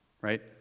right